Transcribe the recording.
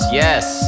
yes